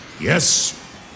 yes